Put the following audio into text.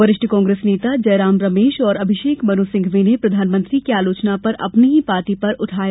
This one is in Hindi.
वरिष्ठ कांग्रेस नेता जयराम रमेश और अभिषेक मनु सिंघवी ने प्रधानमंत्री की आलोचना पर अपनी ही पार्टी पर सवाल उठाये